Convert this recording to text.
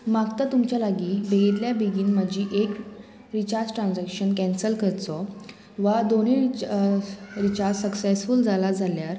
मागता तुमच्या लागीं बेगिंतल्या बेगीन म्हजी एक रिचार्ज ट्रान्जॅक्शन कॅन्सल करचो वा दोनूय रिचा रिचार्ज सक्सेसफूल जाला जाल्यार